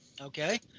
Okay